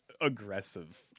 aggressive